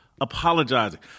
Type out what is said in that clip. apologizing